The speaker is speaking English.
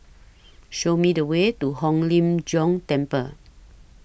Show Me The Way to Hong Lim Jiong Temple